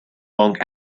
long